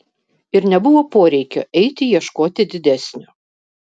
ir nebuvo poreikio eiti ieškoti didesnio